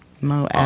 mo